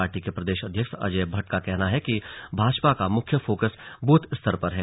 party के प्रदेश अध्यक्ष अजय भट्ट का कहना है कि भाजपा का मुख्य फोकस बूथ स्तर पर है